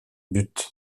but